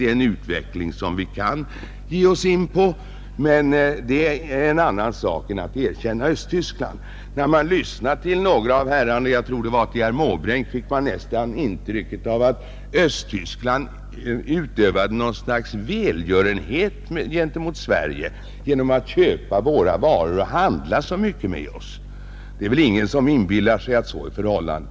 Här finns möjligheter till aktiva åtgärder, men det är en annan sak än att erkänna Östtyskland. När man lyssnade till några av herrarna — jag tror det var till herr Måbrink — fick man nästan intrycket att Östtyskland utövade något slags välgörenhet gentemot Sverige genom att köpa våra varor och handla så mycket med oss. Det är väl ingen som inbillar sig att så är förhållandet.